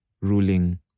ruling